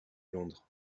londres